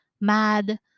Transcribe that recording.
mad